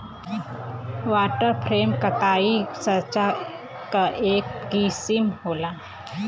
water frame कताई साँचा क एक किसिम होला